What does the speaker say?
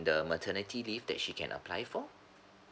the maternity leave that she can apply for